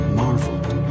marveled